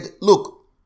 Look